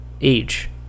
age